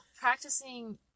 practicing